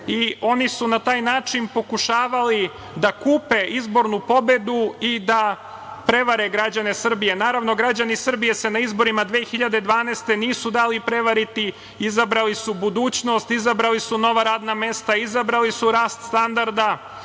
i oni su na taj način pokušavali da kupe izbornu pobedu i da prevare građane Srbije. Naravno, građani Srbije se na izborima 2012. godine nisu dali prevariti, izabrali su budućnost, izabrali su nova radna mesta, izabrali su rast standarda,